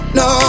no